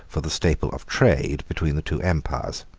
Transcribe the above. for the staple of trade, between the two empires.